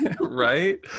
Right